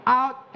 out